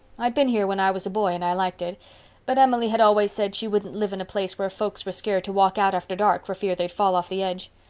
i'd been here when i was a boy and i liked it but emily had always said she wouldn't live in a place where folks were scared to walk out after dark for fear they'd fall off the edge.